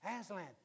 Aslan